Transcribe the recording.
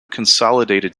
consolidated